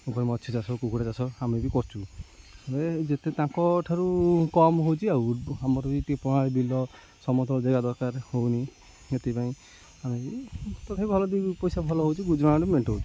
ଉପରେ ମାଛ ଚାଷ କୁକୁଡ଼ା ଚାଷ ଆମେ ବି କରଛୁ ଯେତେ ତାଙ୍କଠାରୁ କମ୍ ହେଉଛି ଆଉ ଆମର ବି ଟିକେ ପ୍ରଣାଳୀ ବିଲ ସମତଳ ଜାଗା ଦରକାର ହଉନି ସେଥିପାଇଁ ଆଉ ତଥାପି ଭଲ ଦୁଇ ପଇସା ଭଲ ହେଉଛି ଗୁଜୁରାଣ ବି ମେଣ୍ଟଉଛି